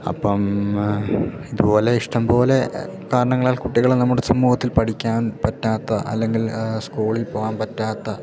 അപ്പം ഇതുപോലെ ഇഷ്ടംപോലെ കാരണങ്ങളാൽ കുട്ടികള് നമ്മുടെ സമൂഹത്തിൽ പഠിക്കാൻ പറ്റാത്ത അല്ലെങ്കിൽ സ്കൂളിൽ പോകാൻ പറ്റാത്ത